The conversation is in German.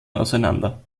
auseinander